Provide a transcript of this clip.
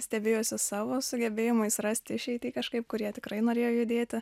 stebėjosi savo sugebėjimais rasti išeitį kažkaip kurie tikrai norėjo judėti